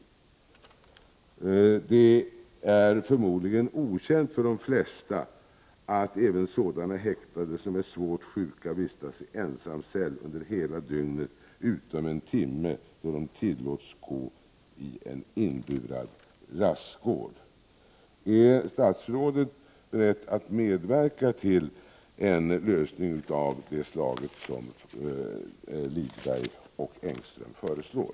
Det är förmodligen okänt för de flesta att även sådana häktade som är svårt sjuka vistas i ensamcell under hela dygnet utom en timme då de tillåts att gå i en inburad rastgård.” Är statsrådet beredd att medverka till en lösning av det slag som Lidberg och Engström föreslår?